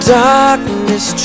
darkness